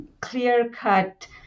clear-cut